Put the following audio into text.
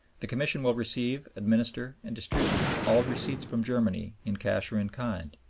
the commission will receive, administer, and distribute all receipts from germany in cash or in kind.